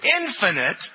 infinite